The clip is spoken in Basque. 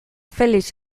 felix